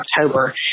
October